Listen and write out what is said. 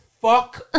fuck